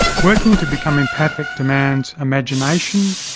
working to become empathic demands imagination,